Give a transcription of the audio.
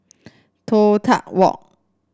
Toh Tuck Walk